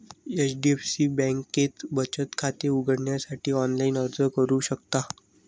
HDFC बँकेत बचत खाते उघडण्यासाठी ऑनलाइन अर्ज करू शकता